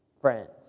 Friends